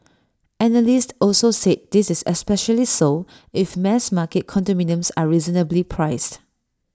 analysts also said this is especially so if mass market condominiums are reasonably priced